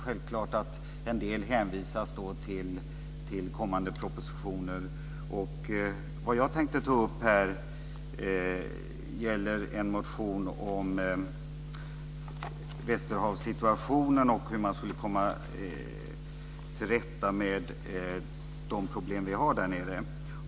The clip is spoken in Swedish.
Självklart hänvisas en del till kommande propositioner. Det jag tänkte ta upp här gäller en motion om västerhavssituationen och hur man ska komma till rätta med de problem vi har där.